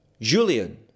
julian